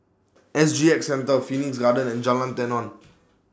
S G X Centre Phoenix Garden and Jalan Tenon